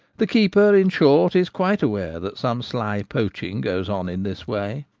the keeper, in short, is quite aware that some sly poaching goes on in this way.